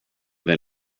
than